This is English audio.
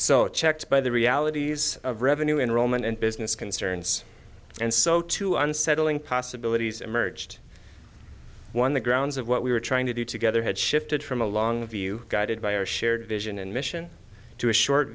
so checked by the realities of revenue in roman and business concerns and so too unsettling possibilities emerged one the grounds of what we were trying to do together had shifted from a long view guided by our shared vision and mission to a short